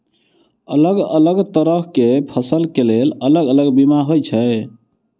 अलग अलग तरह केँ फसल केँ लेल अलग अलग बीमा होइ छै?